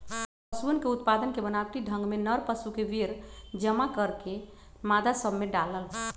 पशुअन के उत्पादन के बनावटी ढंग में नर पशु के वीर्य जमा करके मादा सब में डाल्ल